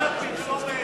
קצת פרסומת,